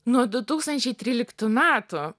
nuo du tūkstančiai tryliktų metų